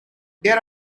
there